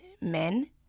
men